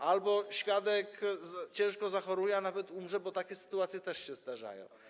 Albo świadek ciężko zachoruje, a nawet umrze, bo takie sytuacje też się zdarzają.